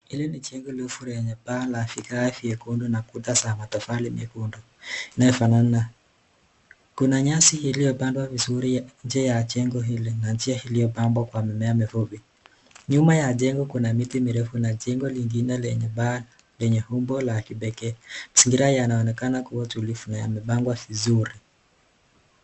Hili ni jengo refu lenye paa na vifaa vyekundu na kuta za matofali nyekundu iliyofanana. Kuna nyasi iliyopandwa vizuri nje ya jengo hili na njia iliyopambwa kwa mimea mifupi. Nyuma ya jengo kuna miti mirefu na jengo lingine lenye paa lenye umbo la kipekee. Mazingira yanaonekana kuwa tulivu na yamepangwa vizuri.